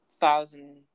thousand